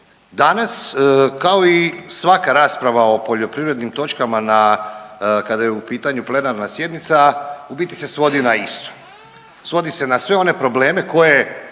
Danas kao i svaka rasprava o poljoprivrednim točkama na, kada je u pitanju plenarna sjednica u biti se svodi na isto. Svodi se na sve one probleme koje